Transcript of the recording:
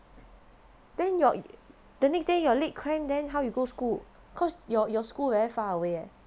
then your the next day your leg cramp then how you go school cause your your school very far away eh